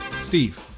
Steve